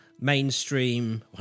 mainstream